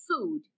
food